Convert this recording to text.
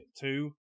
two